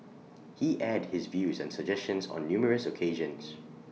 he aired his views and suggestions on numerous occasions